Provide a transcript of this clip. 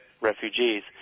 refugees